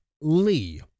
Lee